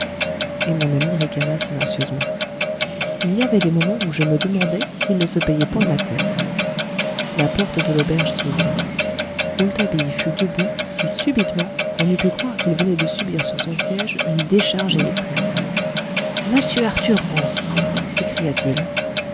et mon ami ricana silencieusement il y avait des moments où je me demandais s'il ne se payait point ma tête la porte de l'auberge s'ouvrit rouletabille fut debout si subitement qu'on eût pu croire qu'il venait de subir sur son siège une décharge électrique mr arthur rance